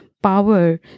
power